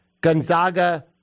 Gonzaga